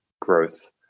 growth